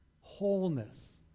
wholeness